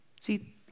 See